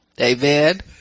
Amen